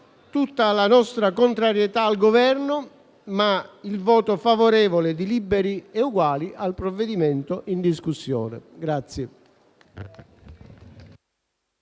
tutta la nostra contrarietà al Governo, ma il voto favorevole di Liberi e Uguali al provvedimento in discussione